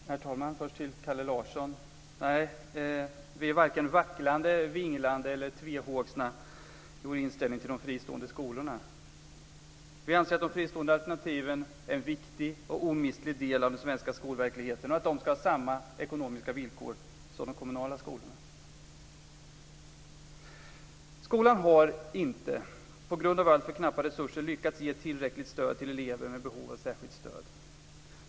Herr talman! Först vill jag vända mig till Kalle Larsson: Nej, vi är varken vacklande, vinglande eller tvehågsna i vår inställning till de fristående skolorna. Vi anser att de fristående alternativen är en viktig och omistlig del av den svenska skolverkligheten och att de ska ha samma ekonomiska villkor som de kommunala skolorna. Skolan har på grund av alltför knappa resurser inte lyckats ge tillräckligt stöd till elever med behov av särskilt stöd.